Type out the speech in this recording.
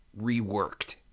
reworked